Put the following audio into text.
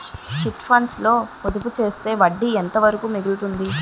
Chit funds లో పొదుపు చేస్తే వడ్డీ ఎంత వరకు మిగులుతుంది?